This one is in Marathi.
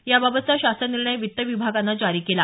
याबाबतचा शासन निर्णय वित्त विभागानं जारी केला